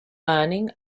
earning